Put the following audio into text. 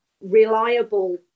reliable